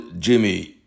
Jimmy